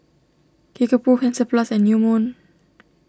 Kickapoo Hansaplast and New Moon